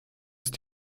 ist